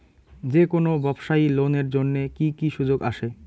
যে কোনো ব্যবসায়ী লোন এর জন্যে কি কোনো সুযোগ আসে?